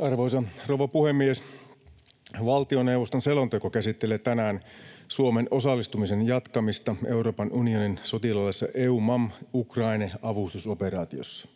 Arvoisa rouva puhemies! Valtioneuvoston selonteko käsittelee tänään Suomen osallistumisen jatkamista Euroopan unionin sotilaallisessa EUMAM Ukraine -avustusoperaatiossa.